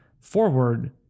forward